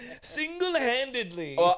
single-handedly